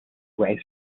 waste